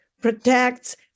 protects